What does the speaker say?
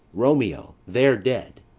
romeo, there dead,